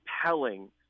compelling